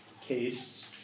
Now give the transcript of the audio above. case